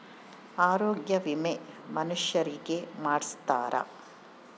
ಆರೊಗ್ಯ ವಿಮೆ ಮನುಷರಿಗೇ ಮಾಡ್ಸ್ತಾರ